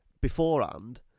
beforehand